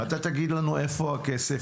אתה תגיד לנו איפה הכסף,